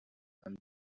and